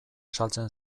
saltzen